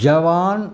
जबान